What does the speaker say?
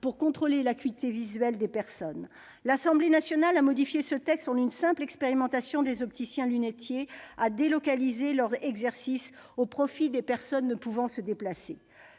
pour contrôler l'acuité visuelle des personnes. L'Assemblée nationale a modifié ce texte en une simple expérimentation des opticiens-lunetiers à délocaliser leur exercice au profit des personnes ne pouvant se déplacer.